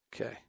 Okay